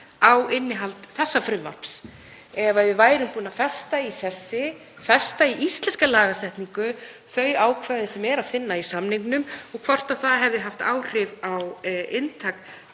á innihald þessa frumvarps ef við værum búin að festa í sessi, festa í íslenska lagasetningu þau ákvæði sem er að finna í samningnum og hvort það hefði haft áhrif á inntak